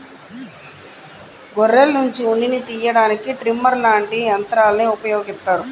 గొర్రెల్నుంచి ఉన్నిని తియ్యడానికి ట్రిమ్మర్ లాంటి యంత్రాల్ని ఉపయోగిత్తారు